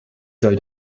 soll